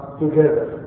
together